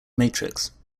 matrix